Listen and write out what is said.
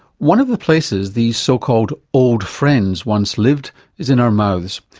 one of the places these so-called old friends once lived is in our mouths.